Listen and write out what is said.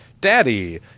daddy